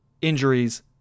injuries